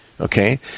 Okay